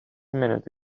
minute